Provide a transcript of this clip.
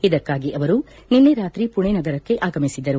ಇದಕ್ಕಾಗಿ ಅವರು ನಿನ್ನ ರಾತ್ರಿ ಪುಣೆ ನಗರಕ್ಕೆ ಆಗಮಿಸಿದರು